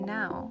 now